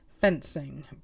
fencing